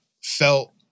felt